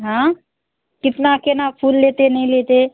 हँ कितना केना फूल लेतै नहि लेतै